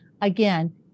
Again